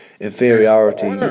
inferiority